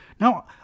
Now